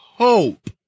Hope